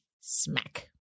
Smack